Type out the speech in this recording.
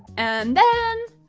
and then,